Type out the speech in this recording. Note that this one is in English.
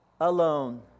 alone